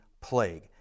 plague